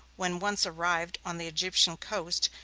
when once arrived on the egyptian coast,